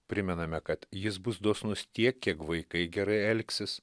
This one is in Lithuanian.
primename kad jis bus dosnus tiek kiek vaikai gerai elgsis